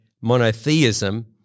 monotheism